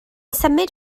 symud